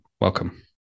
welcome